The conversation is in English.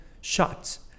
shots